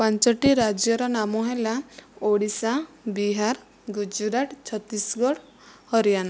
ପାଞ୍ଚଟି ରାଜ୍ୟର ନାମ ହେଲା ଓଡ଼ିଶା ବିହାର ଗୁଜୁରାଟ ଛତିଶଗଡ଼ ହରିୟାଣା